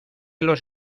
los